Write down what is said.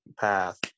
path